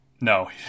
No